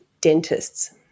dentists